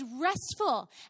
restful